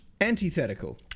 Antithetical